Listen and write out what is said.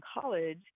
college